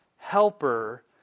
helper